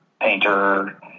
painter